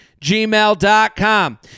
gmail.com